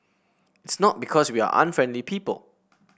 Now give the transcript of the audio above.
it's not because we are unfriendly people